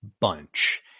bunch